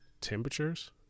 temperatures